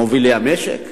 מובילי המשק.